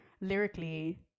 lyrically